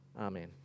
Amen